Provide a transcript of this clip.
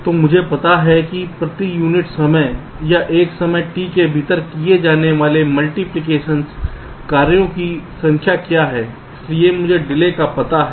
तो मुझे पता है कि प्रति यूनिट समय या एक समय T के भीतर किए जाने वाले मल्टीप्लिकेशन कार्यों की संख्या क्या है इसलिए मुझे डिले का पता है